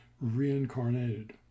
reincarnated